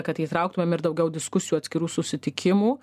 kad įtrauktumėm ir daugiau diskusijų atskirų susitikimų